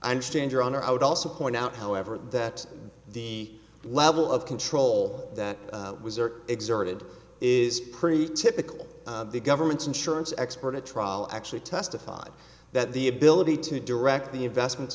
i understand your honor i would also point out however that the level of control that was exerted is pretty typical of the government's insurance expert a trial actually testified that the ability to direct the investments